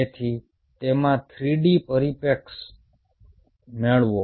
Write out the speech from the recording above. તેથી તેમાં 3D પરિપ્રેક્ષ્ય મેળવો